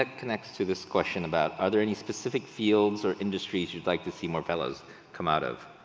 ah connects to this question about are there any specific fields or industries you'd like to see more fellows come out of?